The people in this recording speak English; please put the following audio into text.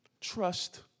Trust